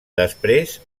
després